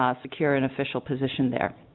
um security and official position there